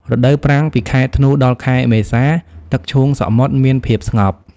រដូវប្រាំងពីខែធ្នូដល់ខែមេសា ទឹកឈូងសមុទ្រមាន ភាពស្ងប់។